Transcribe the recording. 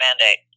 mandate